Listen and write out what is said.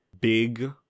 big